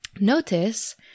notice